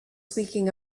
speaking